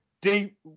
deep